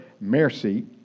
Mercy